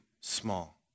small